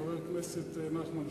חבר הכנסת נחמן שי,